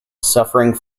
suffering